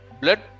blood